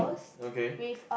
okay